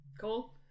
Cool